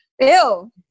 Ew